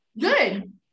Good